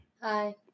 Hi